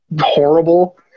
horrible